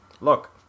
look